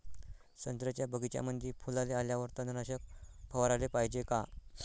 संत्र्याच्या बगीच्यामंदी फुलाले आल्यावर तननाशक फवाराले पायजे का?